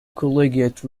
collegiate